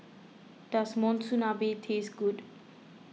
does Monsunabe taste good